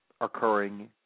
occurring